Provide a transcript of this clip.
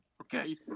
okay